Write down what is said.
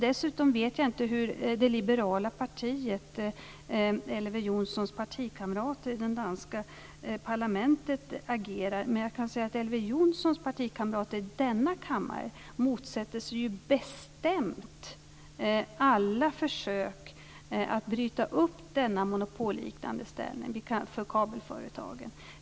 Dessutom vet jag inte hur man från Elver Jonssons partikamrater i det liberala partiet i det danska Folketinget agerar, men jag kan säga att Elver Jonssons partikamrater i denna kammare bestämt motsätter sig alla försök att bryta upp denna monopolliknande ställning för kabelföretagen.